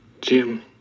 Jim